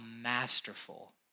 masterful